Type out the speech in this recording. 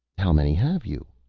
how many have you?